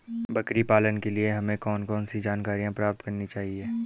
बकरी पालन के लिए हमें कौन कौन सी जानकारियां प्राप्त करनी चाहिए?